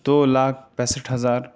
دو لاکھ پیسٹھ ہزار